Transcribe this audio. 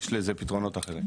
יש לזה פתרונות אחרים.